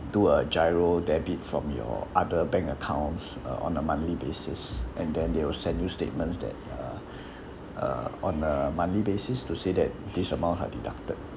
do a giro debit from your other bank accounts uh on a monthly basis and then they'll send you statements that are uh on a monthly basis to say that these amounts are deducted